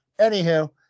anywho